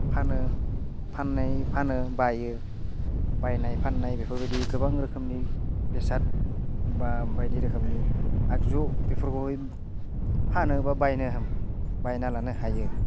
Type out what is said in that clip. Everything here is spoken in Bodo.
फानो फाननाय फानो बायो बायनाय फाननाय बेफोरबायदि गोबां रोखोमनि बेसाद बा बायदि रोखोमनि आरो ज' बेफोरखौहाय फानो बा बायनो हायो बायना लानो हायो